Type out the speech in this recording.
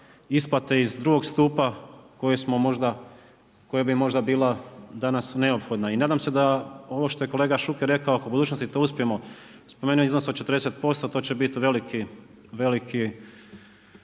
isplate iz drugog stupa, koja bi možda bila danas neophodna i nadam se da ovo što je kolega Šuker rekao, ako u budućnosti to uspijemo, spomenuo iznos od 40% to će biti veliki uspjeh.